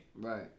right